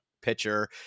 pitcher